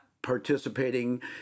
participating